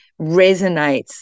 resonates